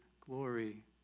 glory